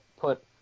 put